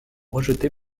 rejetée